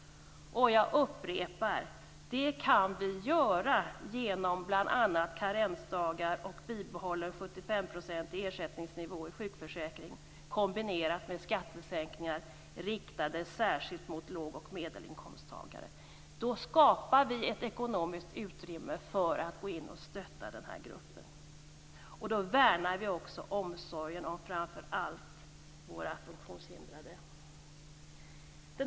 Jag upprepar att vi kan göra det genom bl.a. karensdagar och bibehållen 75-procentig ersättningsnivå i sjukförsäkringen, kombinerat med skattesänkningar riktade särskilt mot låg och medelinkomsttagare. Då skapar vi ett ekonomiskt utrymme för att gå in och stötta den här gruppen. Då värnar vi också omsorgen om framför allt våra funktionshindrade.